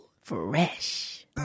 Fresh